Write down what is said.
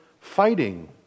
fighting